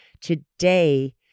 Today